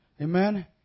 Amen